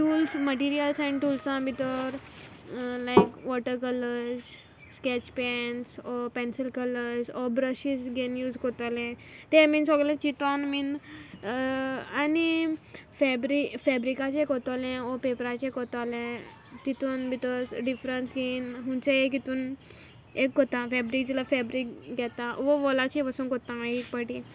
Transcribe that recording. tools materials and टुल्सां भितर लायक वॉटर कलर्स स्कॅच पेन्स ओर पेन्सील कलर्स ओर ब्रशीज घेन यूज कोत्तोलें तें बीन सोगलें चिंतोन बीन आनी फॅब्रीक फॅब्रीकाचे कोत्तोलें ओ पेपराचेर कोत्तोलें तितून भितोर डिफ्रंट थीम हुंयचे एक इतून एक कोतां फॅब्रीक जाल्यार फॅब्रीक घेता वो वॉलाचेर पासून कोतां हांव एक पाटी